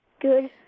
Good